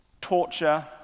torture